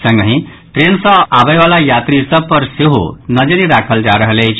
संगहि ट्रेन सँ आबयवला यात्री सभ पर सेहो नजरि राखल जा रहल अछि